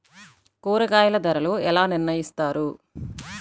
కూరగాయల ధరలు ఎలా నిర్ణయిస్తారు?